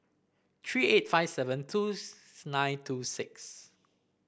three eight five seven two nine two six